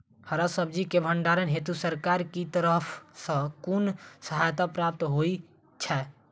हरा सब्जी केँ भण्डारण हेतु सरकार की तरफ सँ कुन सहायता प्राप्त होइ छै?